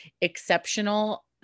exceptional